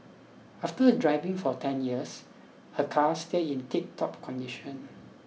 after driving for ten years her car still in tiptop condition